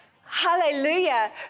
Hallelujah